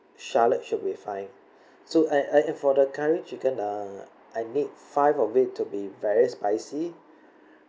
shallot should be fine so and and and for the curry chicken ah I need five of it to be very spicy